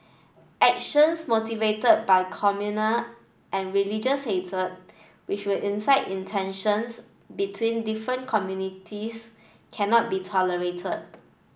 actions motivated by communal and religious hatred which will incite in tensions between different communities cannot be tolerated